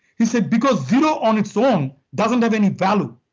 he said, because zero on its own doesn't have any value.